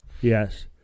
Yes